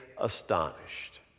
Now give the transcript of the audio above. astonished